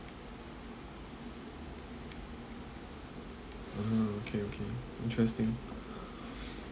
ah okay okay interesting